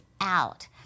out